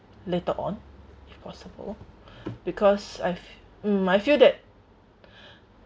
later on if possible because I've mm I feel that